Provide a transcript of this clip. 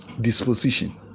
disposition